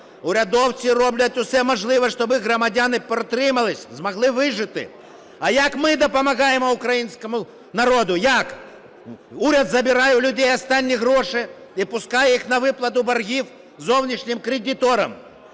Урядовці роблять все можливе, щоб їх громадяни протримались, змогли вижити. А як ми допомагаємо українському народу, як? Уряд забирає у людей останні гроші і пускає їх на виплату боргів зовнішнім кредиторам.